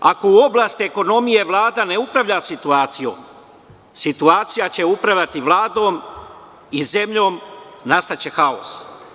Ako u oblasti ekonomije Vlada ne upravlja situacijom, situacija će upravljati Vladom i zemljom, nastaće haos.